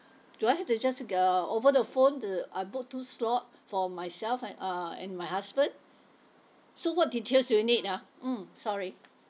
do I have to just uh over the phone the I book two slot for myself and uh and my husband so what details do you need ah mm sorry